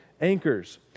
anchors